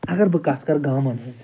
اَگر بہٕ کَتھ کَرٕ گامَن ہنٛز